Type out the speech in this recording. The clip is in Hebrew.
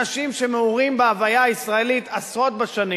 אנשים שמעורים בהוויה הישראלית עשרות בשנים,